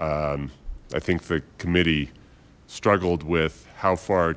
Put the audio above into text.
i think the committee struggled with how far